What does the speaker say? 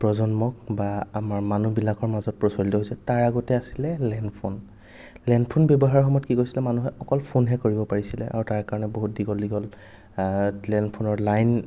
প্ৰজন্মক বা আমাৰ মানুহবিলাকৰ মাজত প্ৰচলিত হৈছে তাৰ আগতে আছিল লেণ্ড ফ'ন লেণ্ড ফ'ন ব্যৱহাৰৰ সময়ত কি কৰিছিল মানুহে অকল ফ'নহে কৰিব পাৰিছিল আৰু তাৰ কাৰণে বহুত দীঘল দীঘল লেণ্ড ফ'নৰ লাইন